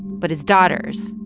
but his daughters,